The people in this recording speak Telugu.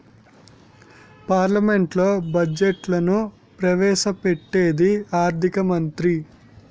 పార్లమెంట్లో బడ్జెట్ను ప్రవేశ పెట్టేది ఆర్థిక మంత్రి